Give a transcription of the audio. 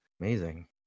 Amazing